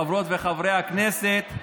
חברות וחברי הכנסת,